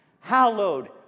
hallowed